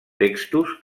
textos